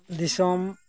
ᱫᱤᱥᱚᱢ